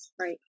Right